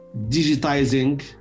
digitizing